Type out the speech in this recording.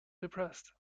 depressed